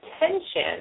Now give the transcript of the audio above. attention